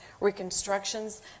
reconstructions